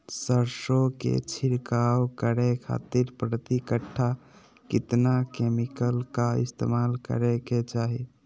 सरसों के छिड़काव करे खातिर प्रति कट्ठा कितना केमिकल का इस्तेमाल करे के चाही?